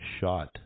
shot